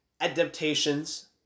adaptations